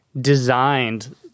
designed